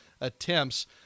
attempts